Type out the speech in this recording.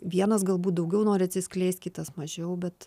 vienas galbūt daugiau nori atsiskleisti kitas mažiau bet